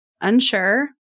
Unsure